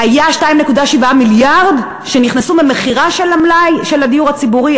היו 2.7 מיליארד שנכנסו מהמכירה של המלאי של הדיור הציבורי.